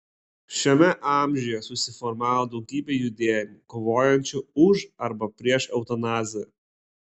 šiame amžiuje susiformavo daugybė judėjimų kovojančių už arba prieš eutanaziją